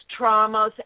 traumas